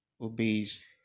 obeys